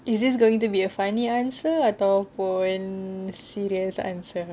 is this going to be a funny answer ataupun serious answer